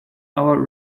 our